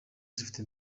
zifite